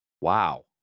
Wow